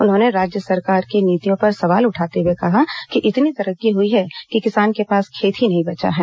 उन्होंने राज्य सरकार की नीतियों पर सवाल उठाते हुए कहा कि इतनी तरक्की हुई है कि किसान के पास खेत ही नहीं बचा है